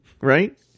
right